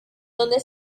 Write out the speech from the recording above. donde